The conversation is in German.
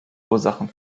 ursachen